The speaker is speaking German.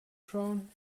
schauen